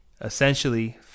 Essentially